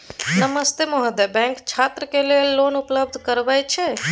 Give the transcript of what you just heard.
नमस्ते महोदय, बैंक छात्र के लेल लोन उपलब्ध करबे छै?